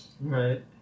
Right